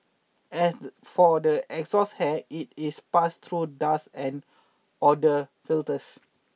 as for the exhaust air it is passed through dust and odour filters